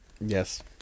yes